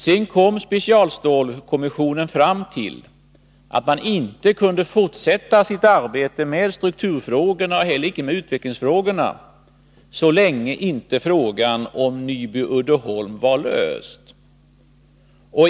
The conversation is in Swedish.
Sedan kom specialstålskommissionen fram till att den inte kunde fortsätta sitt arbete med strukturfrågorna och icke heller med utvecklingsfrågorna så länge inte frågan om Nyby Uddeholm var löst.